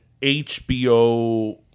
HBO